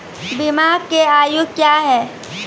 बीमा के आयु क्या हैं?